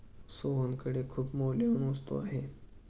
सोहनकडे खूप मौल्यवान वस्तू आहे